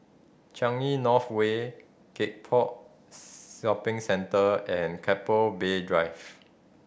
Changi North Way Gek Poh Shopping Centre and Keppel Bay Drive